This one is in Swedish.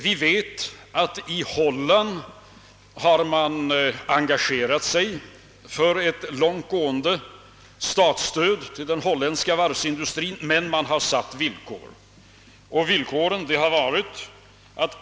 Vi vet att man i Holland engagerat sig för ett långt gående statsstöd till den holländska varvsindustrin. Men man har satt upp villkor.